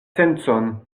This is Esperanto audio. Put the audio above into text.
sencon